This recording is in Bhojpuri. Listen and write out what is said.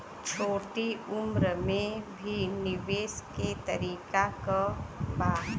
छोटी उम्र में भी निवेश के तरीका क बा?